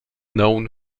known